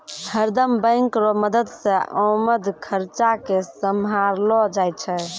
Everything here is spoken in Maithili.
हरदम बैंक रो मदद से आमद खर्चा के सम्हारलो जाय छै